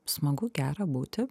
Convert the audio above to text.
smagu gera būti